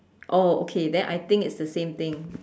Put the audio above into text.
oh okay then I think it's the same thing